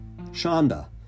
Shonda